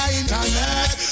internet